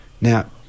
Now